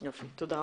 תודה לך.